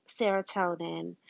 serotonin